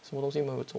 什么东西都没有做